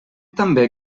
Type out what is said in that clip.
també